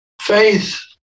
Faith